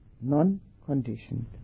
non-conditioned